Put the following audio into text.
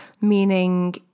Meaning